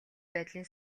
байдлын